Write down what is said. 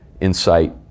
insight